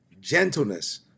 Gentleness